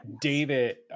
David